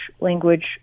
language